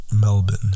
Melbourne